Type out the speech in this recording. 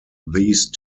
these